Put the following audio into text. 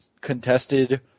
contested